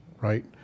right